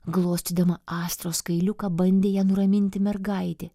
glostydama astros kailiuką bandė ją nuraminti mergaitė